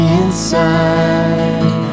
inside